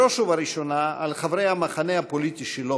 בראש ובראשונה על חברי המחנה הפוליטי שלו.